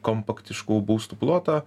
kompaktiškų būstų ploto